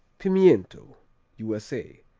pimiento u s a.